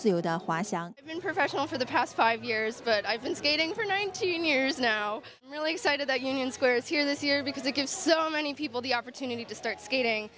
in professional for the past five years but i've been skating for nineteen years now really excited that union square is here this year because it gives so many people the opportunity to start skating